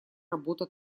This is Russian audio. работа